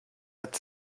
hat